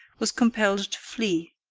was compelled to flee.